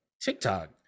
TikTok